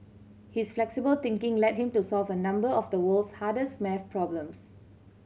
his flexible thinking led him to solve a number of the world's hardest maths problems